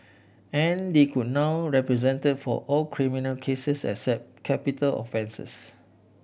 and they could now represent for all criminal cases except capital offences